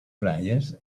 players